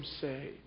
say